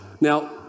now